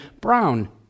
brown